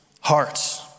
hearts